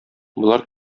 болар